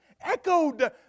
Echoed